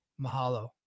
mahalo